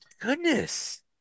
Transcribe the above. goodness